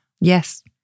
Yes